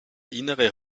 innere